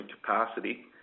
capacity